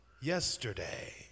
yesterday